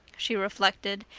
she reflected,